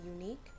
unique